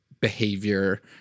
behavior